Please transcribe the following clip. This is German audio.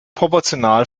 proportional